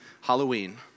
Halloween